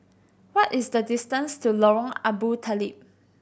what is the distance to Lorong Abu Talib